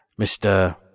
Mr